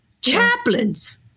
chaplains